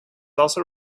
also